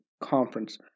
conference